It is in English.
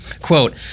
Quote